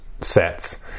sets